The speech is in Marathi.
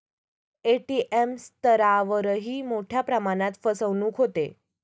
ए.टी.एम स्तरावरही मोठ्या प्रमाणात फसवणूक होते